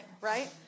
right